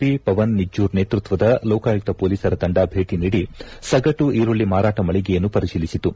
P Pavan Nijjur ನೇತೃತ್ವದ ಲೋಕಾಯುಕ್ತ ಮೊಲೀಸರ ತಂಡ ಭೇಟಿ ನೀಡಿ ಸಗಟು ಈರುಳ್ಳಿ ಮಾರಾಟ ಮಳಿಗೆಗಳನ್ನು ಪರಿಶೀಲಿಸಿತು